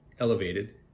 elevated